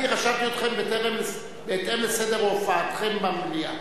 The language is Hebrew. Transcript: רשמתי אתכם בהתאם לסדר הופעתכם במליאה.